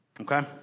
okay